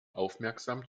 aufmerksam